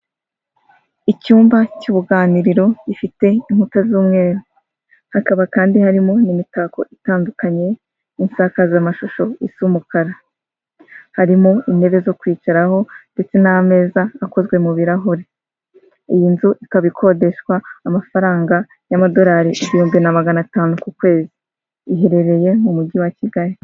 Icyumba cy'uruganiriro gifite inkuta z'umweru, hakaba kandi harimo n'imitako itandukanye, n'insakazamashusho z'umukara, harimo intebe zo kwicaraho, ndetse n'ameza akozwe mu birahure iyi nzu ikaba ikodeshwa namafaranga y'amadorari igihumbi na magana atanu ku kwezi iherereye mu mujyi wa Kigali.